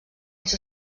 als